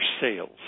sales